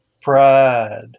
Pride